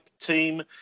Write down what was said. team